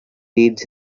reads